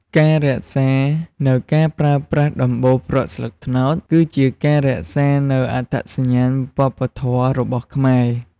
ការរក្សានូវការប្រើប្រាស់ដំបូលប្រក់ស្លឹកត្នោត គឺជាការរក្សានូវអត្តសញ្ញាណវប្បធម៌របស់ខ្មែរ។